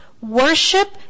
Worship